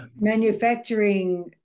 manufacturing